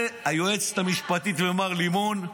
זה היועצת המשפטית ומר לימון,